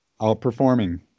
outperforming